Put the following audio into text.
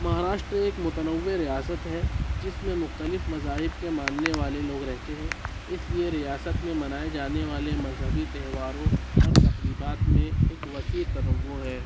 مہاراشٹر ایک متنوع ریاست ہے جس میں مختلف مذاہب کے ماننے والے لوگ رہتے ہیں اس لیے ریاست میں منائے جانے والے مذہبی تہواروں اور تقریبات میں ایک وسیع تنوع ہے